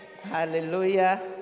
hallelujah